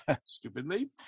stupidly